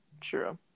True